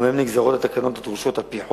ומהם נגזרות התקנות הדרושות על-פי חוק.